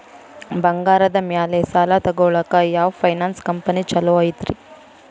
ಬಂಗಾರದ ಮ್ಯಾಲೆ ಸಾಲ ತಗೊಳಾಕ ಯಾವ್ ಫೈನಾನ್ಸ್ ಕಂಪನಿ ಛೊಲೊ ಐತ್ರಿ?